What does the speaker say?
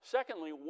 Secondly